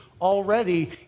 already